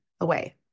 away